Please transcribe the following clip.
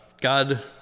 God